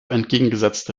entgegengesetzte